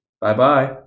Bye-bye